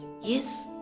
Yes